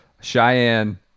Cheyenne